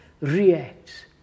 reacts